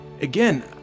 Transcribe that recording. again